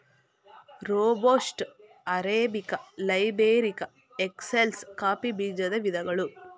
robusta, arabica, liberica, excelsa coffee ಬೀಜದ ವಿಧಗಳು